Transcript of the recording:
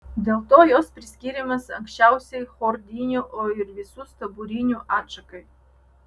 dėl to jos priskiriamos anksčiausiai chordinių o ir visų stuburinių atšakai